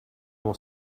will